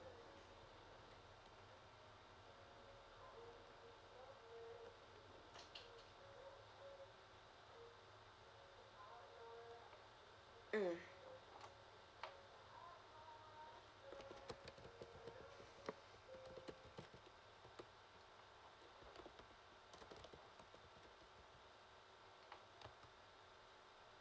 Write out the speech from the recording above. mm